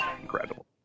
incredible